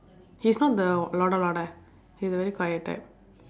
he's not the he's the very quiet type